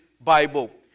Bible